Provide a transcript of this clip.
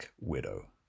Widow